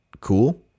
cool